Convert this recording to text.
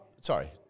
Sorry